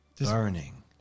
Burning